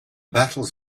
battles